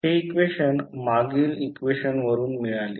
हे इक्वेशन मागील इक्वेशन वरून मिळाले